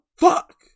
Fuck